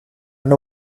know